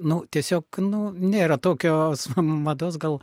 nu tiesiog nu nėra tokios mados gal